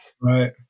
Right